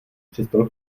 přestal